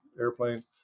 Airplane